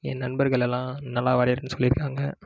என் நண்பர்களெல்லாம் நல்லா வரைகிறேனு சொல்லியிருக்காங்க